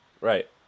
right